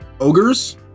Ogres